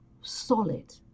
solid